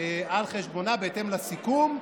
על חשבונה, בהתאם לסיכום.